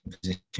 position